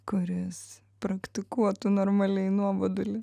kuris praktikuotų normaliai nuobodulį